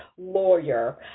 lawyer